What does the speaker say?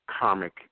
comic